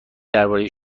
برای